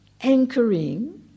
anchoring